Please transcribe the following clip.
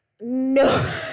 No